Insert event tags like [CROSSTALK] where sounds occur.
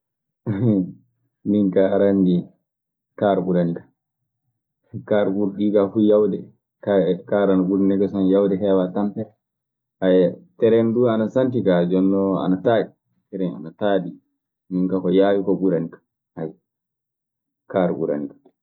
[LAUGHS] Minkaa aɗe anndi kaar ɓuranikan. Kaar ɓuri ɗii kaa fuu yaawde, kaar ana ɓuri negesoo yaawde, heewaa tampere. [HESITATION] tereŋ duu ana santi kaa jooninon ana taaɗi, tereŋ ana taaɗi. Min kaa ko yaawi koo ɓuranikan. Ayyo, kaar ɓuranikan.